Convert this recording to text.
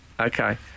Okay